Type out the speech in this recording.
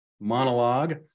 monologue